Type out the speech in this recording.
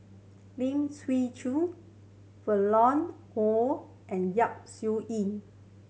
Lim Chwee Chian Violet Oon and Yap Su Yin